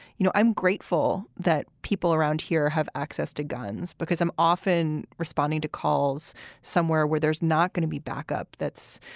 you know, i'm grateful that people around here have access to guns because i'm often responding to calls somewhere where there's not going to be backup. that's,